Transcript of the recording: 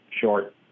short